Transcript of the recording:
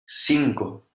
cinco